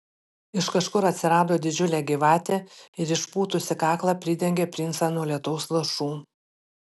iš kažkur atsirado didžiulė gyvatė ir išpūtusi kaklą pridengė princą nuo lietaus lašų